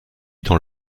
dans